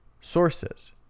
sources